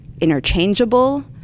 interchangeable